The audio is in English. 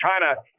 China